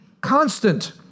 constant